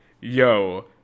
yo